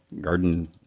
garden